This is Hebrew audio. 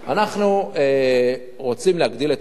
אנחנו רוצים להגדיל את המלאי.